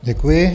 Děkuji.